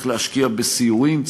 צריך להשקיע בסיורים,